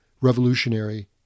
revolutionary